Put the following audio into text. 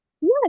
Yes